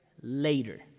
later